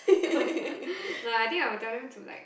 no I think I will tell them to like